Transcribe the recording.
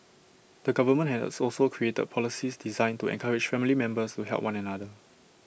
the government has also created policies designed to encourage family members to help one another